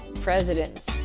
presidents